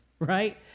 right